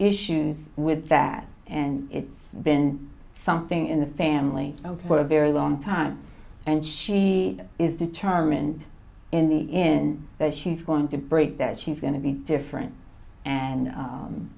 issues with that and it's been something in the family for a very long time and she is determined in the in that she's going to break that she's going to be different and